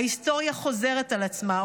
ההיסטוריה חוזרת על עצמה.